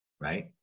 right